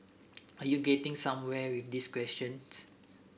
are you getting somewhere with this questions